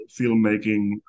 filmmaking